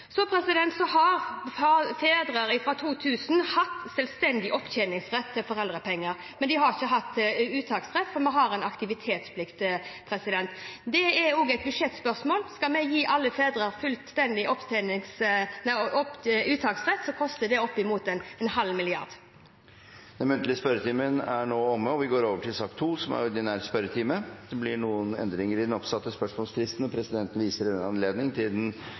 Så har fedre fra 2000 hatt selvstendig opptjeningsrett til foreldrepenger, men de har ikke hatt uttaksrett, for vi har en aktivitetsplikt. Det er også et budsjettspørsmål. Skal vi gi alle fedre fullstendig uttaksrett, koster det opp mot en halv milliard kroner. Den muntlige spørretimen er omme, og vi går over til den ordinære spørretimen. Det blir noen endringer i den oppsatte spørsmålslisten, og presidenten viser i den anledning til den